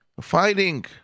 fighting